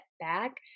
back